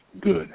good